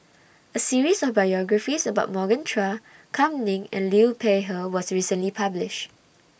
A series of biographies about Morgan Chua Kam Ning and Liu Peihe was recently published